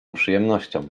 przyjemnością